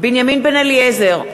בנימין בן-אליעזר,